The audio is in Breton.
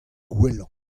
gwellañ